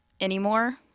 anymore